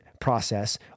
Process